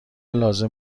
لازم